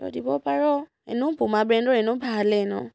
তই দিব পাৰ এনেও পুমা ব্ৰেণ্ডৰ এনেও ভালে ন